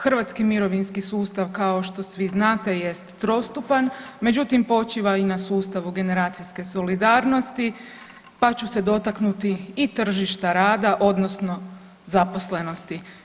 Hrvatski mirovinski sustav, kao što svi znate jest trostupan, međutim, počiva i na sustavu generacijske solidarnosti pa ću se dotaknuti i tržišta rada, odnosno zaposlenosti.